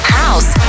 house